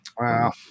Wow